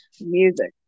music